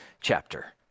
chapter